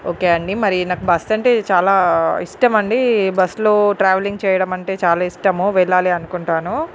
okay అండి మరి నాకు బస్సు అంటే చాలా ఇష్టమండి బస్సులో ట్రావెలింగ్ చేయడం అంటే చాలా ఇష్టం వెళ్లాలి అనుకుంటాను